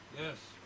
Yes